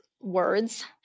words